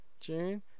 June